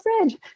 fridge